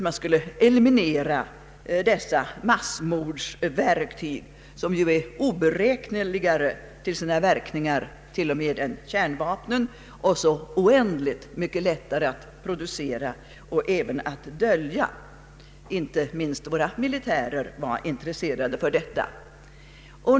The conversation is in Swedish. Man måste eliminera dessa massmordsverktyg som ju är oberäkneligare till sina verkningar än till och med kärnvapnen och oändligt mycket lättare att producera och även att dölja. Inte minst våra militärer var intresserade av detta.